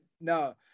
no